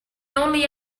only